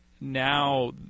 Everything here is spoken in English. now